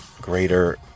greater